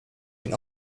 can